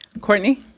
Courtney